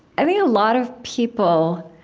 i think a lot of people